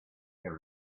hear